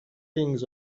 kings